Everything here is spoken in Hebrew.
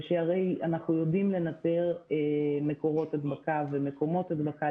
שהרי אנחנו יודעים לנטר מקורות הדבקה ומקומות הדבקה.